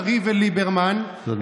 קריב וליברמן תודה רבה.